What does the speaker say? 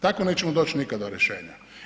Tako nećemo doći nikada do rješenja.